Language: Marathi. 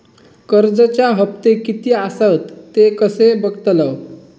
कर्जच्या हप्ते किती आसत ते कसे बगतलव?